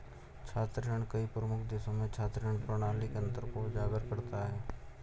छात्र ऋण कई प्रमुख देशों में छात्र ऋण प्रणाली के अंतर को उजागर करता है